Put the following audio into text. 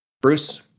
Bruce